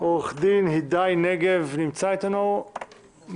עורך דין הדיי נגב, נמצא איתנו בשידור?